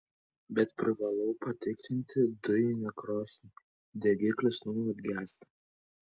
bet privalau patikrinti dujinę krosnį degiklis nuolat gęsta